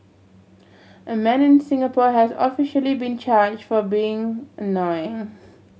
a man in Singapore has officially been charged for being annoying